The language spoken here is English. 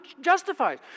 justifies